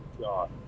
god